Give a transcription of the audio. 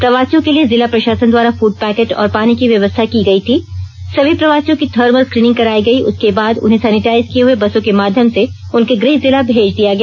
प्रवासियों के लिए जिला प्रशासन द्वारा फूड पैर्केट और पानी की व्यवस्था की गई थी सभी प्रवासियों की थर्मल स्क्रीनिंग करायी गई उसके बाद उन्हें सेनीटाइज किए हुए बसों के माध्यम से उनके गृह जिला भेज दिया गया